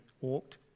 walked